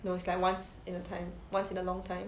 no it's like once in a time once in a long time